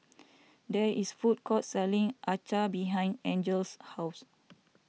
there is a food court selling Acar behind Angel's house